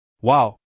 Wow